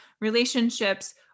Relationships